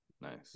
Nice